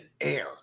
air